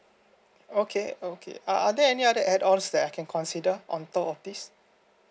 okay okay uh are there any other add ons that I can consider on top of this